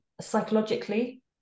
psychologically